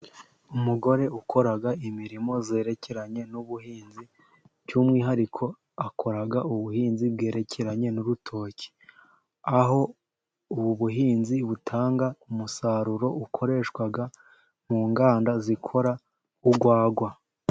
Umugore ukora imirimo yerekeranye n’ubuhinzi, by’umwihariko akora ubuhinzi bwerekeranye n’urutoki. Aho ubu buhinzi butanga umusaruro ukoreshwa mu nganda zikora urwagwa.